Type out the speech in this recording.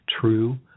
true